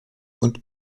und